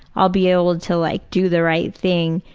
i'll be able to like do the right thing.